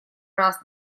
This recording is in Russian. раз